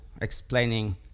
explaining